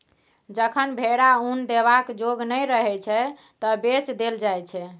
जखन भेरा उन देबाक जोग नहि रहय छै तए बेच देल जाइ छै